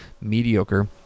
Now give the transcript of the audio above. mediocre